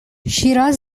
شیراز